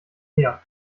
meer